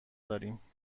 داریم